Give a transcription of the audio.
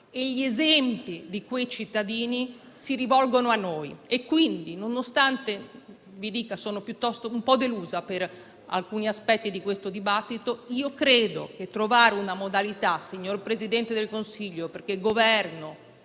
Gli esempi di quei cittadini si rivolgono a noi, quindi, nonostante sia un po' delusa per alcuni aspetti di questo dibattito, credo occorra trovare una modalità, signor Presidente del Consiglio, perché Governo,